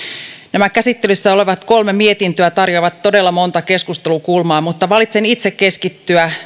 nämä käsittelyssä olevat kolme mietintöä tarjoavat todella monta keskustelukulmaa mutta valitsen itse keskittyä